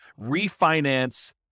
refinance